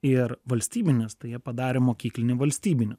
ir valstybinis tai jie padarė mokyklinį valstybiniu